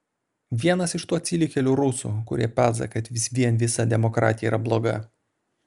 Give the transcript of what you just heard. vienas iš tų atsilikėlių rusų kurie peza kad vis vien visa demokratija yra bloga